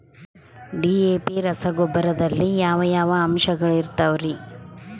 DAP ರಸಗೊಬ್ಬರದಲ್ಲಿ ಯಾವ ಯಾವ ಅಂಶಗಳಿರುತ್ತವರಿ?